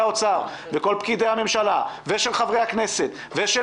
משרד האוצר וכל פקידי הממשלה ושל חברי הכנסת ושל